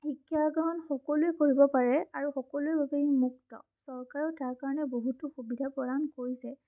শিক্ষা গ্ৰহণ সকলোৱে কৰিব পাৰে আৰু সকলোৱে বাবে ই মুক্ত চৰকাৰেও তাৰ কাৰণে বহুতো সুবিধা প্ৰদান কৰিছে